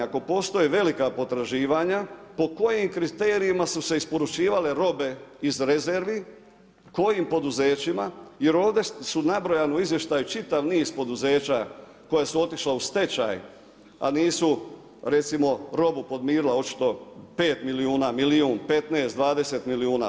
Ako postoje velika potraživanja po kojim kriterijima su se isporučivale robe iz rezervi, kojim poduzećima jer ovdje su nabrojano u izvještaju čitav niz poduzeća koja su otišla u stečaj, a nisu recimo robu podmirila očito 5 milijuna, milijun, 15, 20 milijuna.